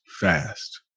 fast